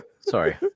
Sorry